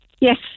Yes